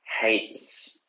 hates